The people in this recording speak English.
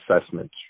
assessment